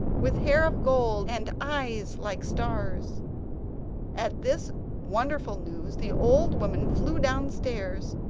with hair of gold and eyes like stars at this wonderful news the old woman flew downstairs,